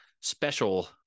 special